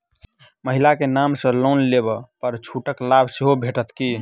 महिला केँ नाम सँ लोन लेबऽ पर छुटक लाभ सेहो भेटत की?